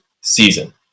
season